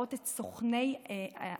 ולזהות את סוכני האיתור,